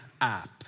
app